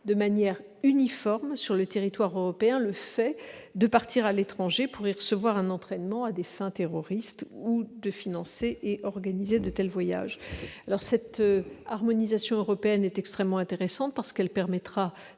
de manière uniforme sur le territoire européen le fait de partir à l'étranger pour y recevoir un entraînement à des fins terroristes ou de financer et organiser de tels voyages. Cette harmonisation européenne est extrêmement intéressante. Elle permettra